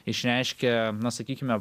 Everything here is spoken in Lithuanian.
išreiškia na sakykime